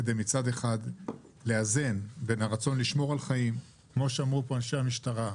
כדי מצד אחד לאזן בין הרצון לשמור על חיים כמו שאמרו פה אנשי המשטרה,